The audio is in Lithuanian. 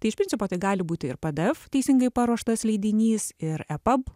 tai iš principo tai gali būti ir pdf teisingai paruoštas leidinys ir epub